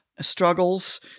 struggles